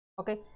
Okay